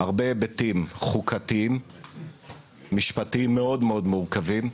הרבה היבטים חוקתיים, משפטיים מאוד מורכבים.